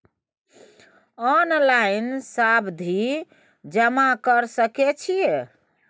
Online सावधि जमा कर सके छिये?